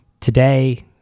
Today